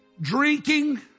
drinking